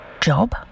job